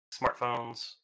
smartphones